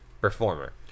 performer